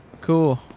Cool